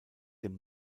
dem